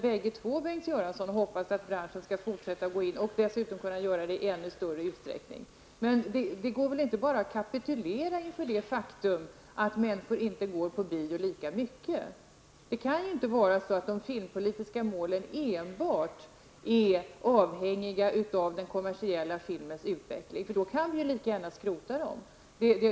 Både Bengt Göransson och jag hoppas att branschen skall fortsätta att ge stöd och dessutom göra det i ännu större utsträckning. Men man kan inte bara kapitulera inför det faktum att människor inte går på bio lika mycket som tidigare. De filmpolitiska målen kan inte vara avhängiga enbart av den kommersiella filmens utveckling. Då kan vi lika gärna skrota dem.